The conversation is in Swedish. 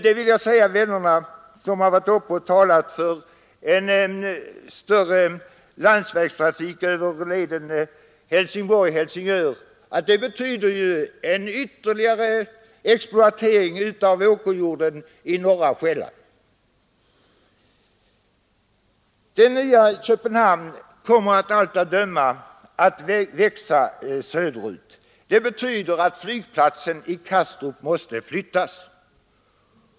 Jag vill säga vännerna som talat för en större landsvägstrafik över leden Helsingborg-—Helsingör, att den skulle betyda ytterligare exploatering av åkerjorden på norra Själland. Det nya Köpenhamn kommer av allt att döma att växa söderut. Det betyder att flygplatsen i Kastrup måste flyttas.